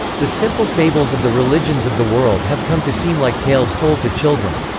the simple fables of the religions of the world have come to seem like tales told to children.